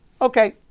okay